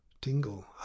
tingle